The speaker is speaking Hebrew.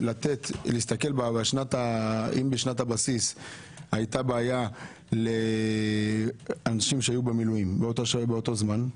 להסתכל אם בשנת הבסיס הייתה בעיה לאנשים שהיו במילואים באותו זמן,